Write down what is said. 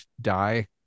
die